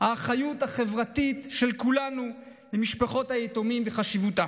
האחריות החברתית של כולנו למשפחות היתומים וחשיבותה